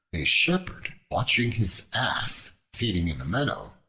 a shepherd, watching his ass feeding in a meadow,